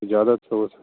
ज़्यादा छोट